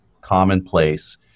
commonplace